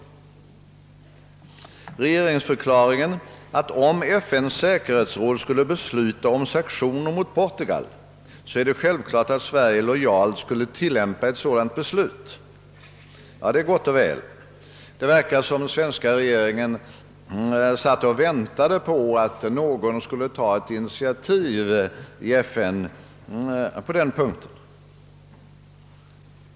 I regeringsförklaringen säges, att om FN:s säkerhetsråd skulle besluta om sanktioner mot Portugal, så är det självklart att Sverige lojalt skall tillämpa ett sådant beslut. Detta är ju gott och väl. Men det verkar som om den svenska regeringen satt och väntade på att någon skulle ta ett initiativ på den punkten i FN.